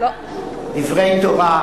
דברי תורה,